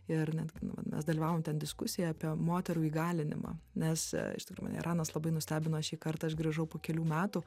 ir netgi nu va mes dalyvavom ten diskusijoje apie moterų įgalinimą nes iš tikrųjų mane iranas labai nustebino šį kartą aš grįžau po kelių metų